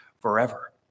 forever